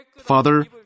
Father